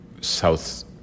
South